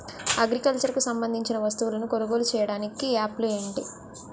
Agriculture కు సంబందించిన వస్తువులను కొనుగోలు చేయటానికి యాప్లు ఏంటి?